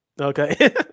Okay